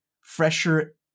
fresher